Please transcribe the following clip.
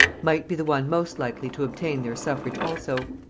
might be the one most likely to obtain their suffrage also.